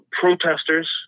protesters